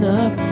up